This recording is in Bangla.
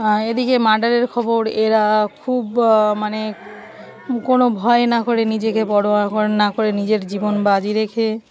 এদিকে মার্ডারের খবর এরা খুব মানে কোনো ভয় না করে নিজেকে বড়ো কর না করে নিজের জীবন বাজি রেখে